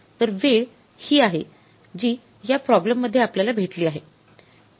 तर वेळ हि आहे जी या प्रॉब्लेम मधेय आपल्याला भेटली आहे